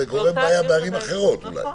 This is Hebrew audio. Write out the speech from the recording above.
זה גורם בעיה בערים אחרות אולי.